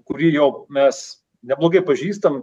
kurį jau mes neblogai pažįstam